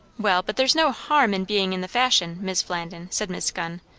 well, but there's no harm in being in the fashion, mis' flandin, said miss gunn.